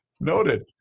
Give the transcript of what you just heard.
Noted